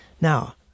Now